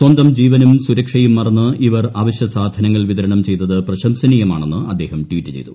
സ്വന്തം ജീവനും സുരക്ഷയും മറന്ന് ഇവർ അവശ്യ സാധനങ്ങൾ വിതരണം ചെയ്തത് പ്രശംസനീയമാണെന് അദ്ദേഹം ട്വീറ്റ് ചെയ്തു